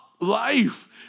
Life